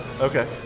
Okay